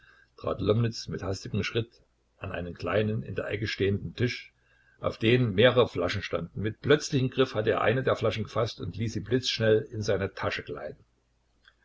lomnitz mit hastigem schritt an einen kleinen in der ecke stehenden tisch auf den mehrere flaschen standen mit plötzlichem griff hatte er eine der flaschen gefaßt und ließ sie blitzschnell in seine tasche gleiten